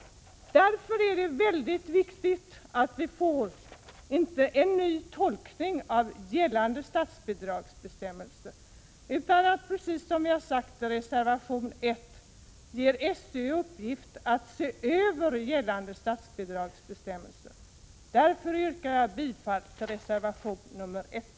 Därför är det mycket viktigt inte att få en ny tolkning av gällande statsbidragsbestämmelser utan, precis som vi sagt i reservation 1, att SÖ får i uppdrag att se över gällande statsbidragsbestämmelser. Därför yrkar jag bifall till reservation 1.